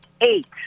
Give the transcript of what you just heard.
Eight